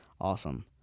awesome